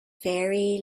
very